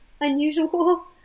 unusual